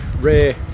rare